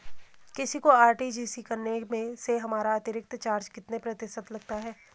किसी को आर.टी.जी.एस करने से हमारा अतिरिक्त चार्ज कितने प्रतिशत लगता है?